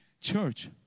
Church